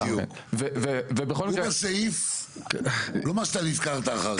הוא בסעיף הזה, לא מה שנזכרת אחר כך.